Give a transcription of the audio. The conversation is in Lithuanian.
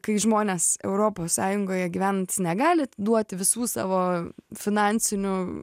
kai žmonės europos sąjungoje gyventys negali duoti visų savo finansinių